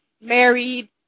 married